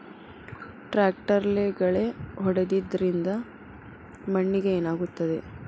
ಟ್ರಾಕ್ಟರ್ಲೆ ಗಳೆ ಹೊಡೆದಿದ್ದರಿಂದ ಮಣ್ಣಿಗೆ ಏನಾಗುತ್ತದೆ?